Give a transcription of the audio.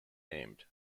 named